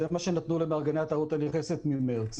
זה מה שנתנו למארגני התיירות הנכנסת ממרץ.